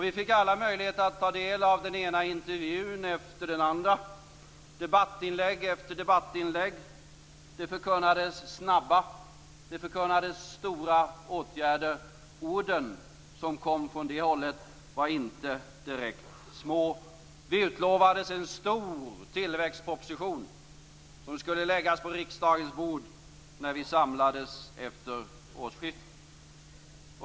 Vi fick alla möjlighet att ta del av den ena intervjun efter den andra och av debattinlägg efter debattinlägg. Det förkunnades snabba, det förkunnades stora åtgärder. Orden som kom från det hållet var inte direkt små. Det utlovades en stor tillväxtproposition som skulle läggas på riksdagens bord när vi samlades efter årsskiftet.